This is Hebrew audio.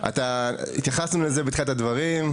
התייחסנו לזה בתחילת הדברים.